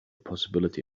possibility